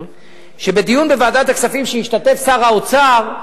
ובדיון בוועדת הכספים שהשתתף בו שר האוצר,